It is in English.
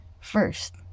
first